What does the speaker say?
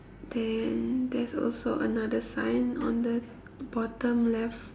then there's also another sign on the bottom left